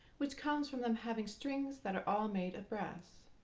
which comes from them having strings that are all made of brass.